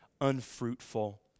unfruitful